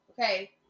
okay